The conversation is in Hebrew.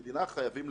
חייבים לוודא.